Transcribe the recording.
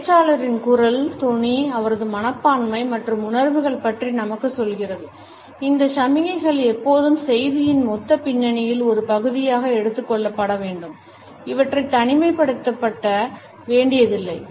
பேச்சாளரின் குரல் தொனிஅவரது மனப்பான்மை மற்றும் உணர்வுகள் பற்றி நமக்கு சொல்கிறது இந்த சமிக்ஞைகள் எப்பொழுதும் செய்தியின் மொத்த பின்னணியில் ஒரு பகுதியாக எடுத்துக்கொள்ளப்பட வேண்டும்இவற்றைத் தனிமைப்படுத்தப்பட வேண்டியதில்லை